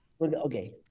Okay